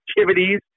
activities